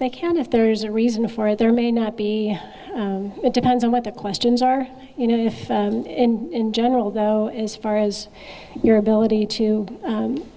they can if there is a reason for it there may not be it depends on what the questions are you know in general though as far as your ability to